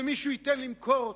ומישהו ייתן למכור אותה.